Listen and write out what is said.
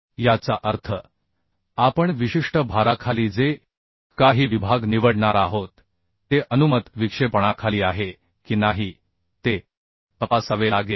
याचा अर्थ आपण विशिष्ट भाराखाली जे काही विभाग निवडणार आहोत ते अनुमत विक्षेपणाखाली आहे की नाही ते तपासावे लागेल